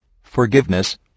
Forgiveness